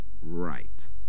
right